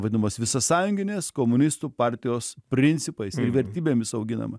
vadinamas visasąjunginės komunistų partijos principais ir vertybėmis auginama